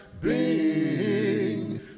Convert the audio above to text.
Bing